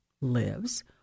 lives